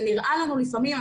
זה נראה לנו לפעמים,